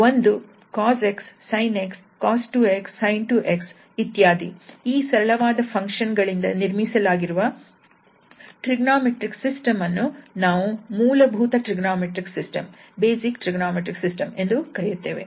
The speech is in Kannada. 1 cos 𝑥 sin 𝑥 cos 2𝑥 sin 2𝑥 ಈ ಸರಳವಾದ ಫಂಕ್ಷನ್ ಗಳಿಂದ ನಿರ್ಮಿಸಲಾಗಿರುವ ಟ್ರಿಗೊನೋಮೆಟ್ರಿಕ್ ಸಿಸ್ಟಮ್ ಅನ್ನು ನಾವು ಮೂಲಭೂತ ಟ್ರಿಗೊನೋಮೆಟ್ರಿಕ್ ಸಿಸ್ಟಮ್ ಎಂದು ಕರೆಯುತ್ತೇವೆ